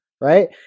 Right